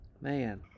Man